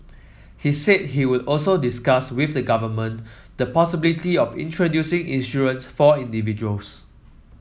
he said he would also discuss with the government the possibility of introducing in